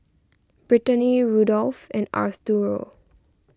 Britany Rudolf and Arturo